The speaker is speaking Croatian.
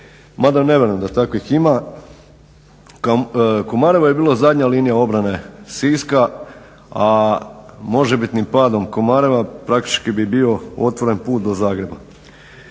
ma da ne vjerujem da takvih ima, Komarevo je bilo zadnja linija obrane Siska, a možebitnim padom Komareva praktički bi bio otvoren put do Zagreba.